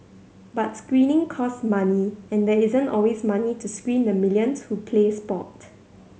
but screening costs money and there isn't always money to screen the millions who play sport